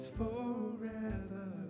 forever